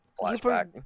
flashback